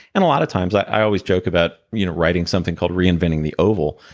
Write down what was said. and a lot of times, i always joke about you know writing something called reinventing the oval,